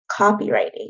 copywriting